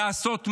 לעשות מעשים.